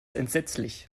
entsetzlich